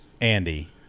Andy